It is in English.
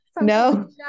No